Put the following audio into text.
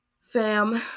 fam